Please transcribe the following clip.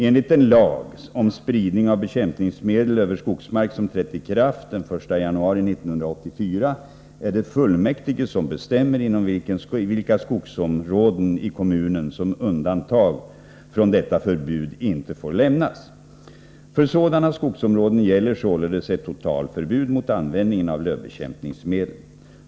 Enligt den lag om spridning av bekämpningsmedel över skogsmark som trätt i kraft den 1 januari 1984 är det fullmäktige som bestämmer inom vilka skogsområden i kommunen som undantag från detta förbud inte får lämnas. För sådana skogsområden gäller således ett totalförbud mot användningen av lövbekämpningsmedel.